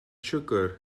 siwgr